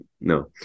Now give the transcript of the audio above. no